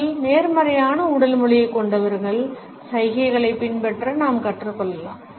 அதிக நேர்மறையான உடல் மொழியைக் கொண்டவர்களின் சைகைகளைப் பின்பற்ற நாம் கற்றுக்கொள்ளலாம்